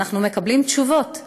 ואנחנו מקבלים תשובות.